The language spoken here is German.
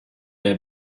der